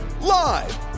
Live